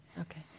Okay